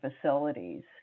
facilities